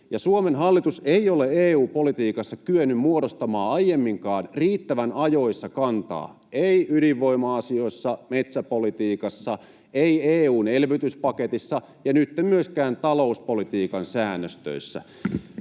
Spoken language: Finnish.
Suomen hallitus ei ole EU-politiikassa kyennyt muodostamaan aiemminkaan riittävän ajoissa kantaa, ei ydinvoima-asioissa, metsäpolitiikassa, ei EU:n elvytyspaketissa ja nytten myöskään talouspolitiikan säännöstöissä.